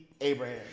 Abraham